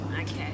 Okay